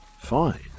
fine